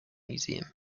museum